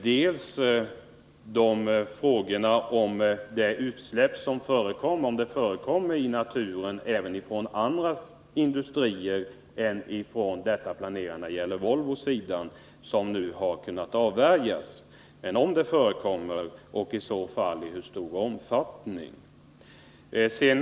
Det gäller bl.a. frågan om det förekommer utsläpp i naturen även från andra industrier än det som var planerat från Volvos sida men som nu har kunnat avvärjas. Om det förekommer sådana utsläpp blir min andra fråga i hur stor omfattning det sker.